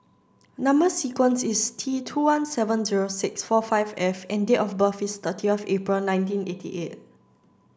number sequence is T two one seven zero six four five F and date of birth is thirty of April nineteen eighty eight